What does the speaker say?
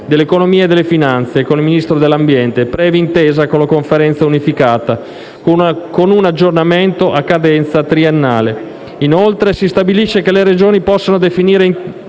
dell'economia e delle finanze e con il Ministro dell'ambiente, previa intesa con la Conferenza unificata, con un aggiornamento a cadenza triennale. Inoltre, si stabilisce che le Regioni possano definire